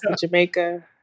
Jamaica